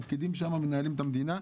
הפקידים שם מנהלים את המדינה.